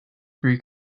three